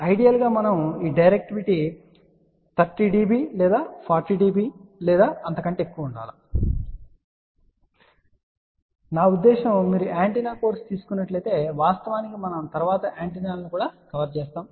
ideal గా మనము ఈ డైరెక్టివిటీ 30 dB లేదా 40 dB లేదా అంతకంటే ఎక్కువ ఉండాలి అని కోరుకుంటున్నాము నా ఉద్దేశ్యం మీరు యాంటెన్నా కోర్సు తీసుకున్నట్లయితే వాస్తవానికి మనము తరువాత యాంటెన్నాలను కవర్ చేయబోతున్నాము